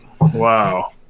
wow